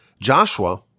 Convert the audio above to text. Joshua